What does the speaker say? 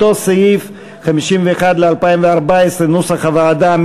סעיף 51, ל-2014, כנוסח הוועדה.